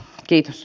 kiitos